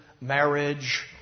marriage